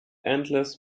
endless